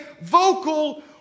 vocal